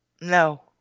No